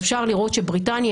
אפשר לראות שבריטניה,